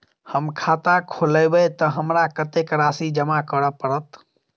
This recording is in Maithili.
हम खाता खोलेबै तऽ हमरा कत्तेक राशि जमा करऽ पड़त?